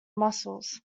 mussels